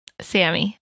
Sammy